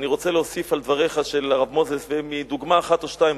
אני רוצה להוסיף על דבריו של הרב מוזס דוגמה אחת או שתיים,